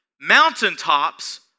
mountaintops